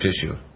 tissue